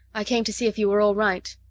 i came to see if you were all right.